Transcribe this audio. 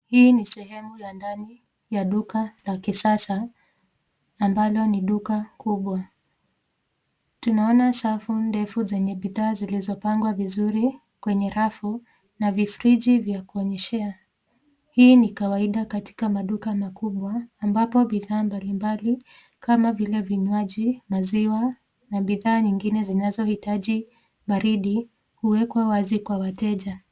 Hii ni sehemu ya ndani ya duka la kisasa ambalo ni duka kubwa. Tunaona safu ndefu zenye bidhaa zilizopangwa vizuri kwenye rafu na vifriji vya kuonyeshea. Hii ni kawaida katika maduka makubwa ambapo bidhaa mbalimbali kama vile vinywaji, maziwa, na bidhaa nyingine zinazohitaji baridi huwekwa wazi kwa wateja.